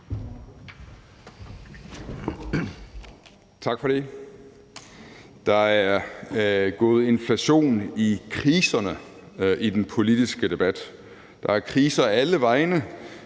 Tak for det. Der er gået inflation i kriserne i den politiske debat. Der er kriser alle vegne,